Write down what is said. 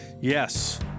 yes